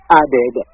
added